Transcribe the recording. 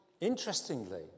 interestingly